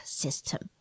system